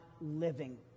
living